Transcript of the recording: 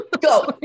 go